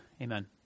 Amen